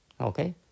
Okay